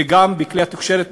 וגם בכלי התקשורת,